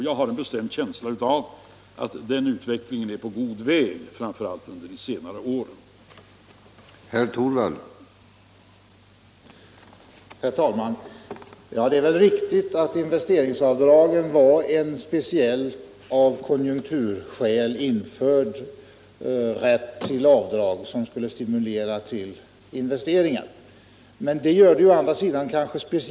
Jag har en bestämd känsla av att den utvecklingen är på god väg = framför allt att detta varit fallet under de senare åren.